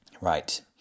Right